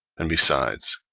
and besides,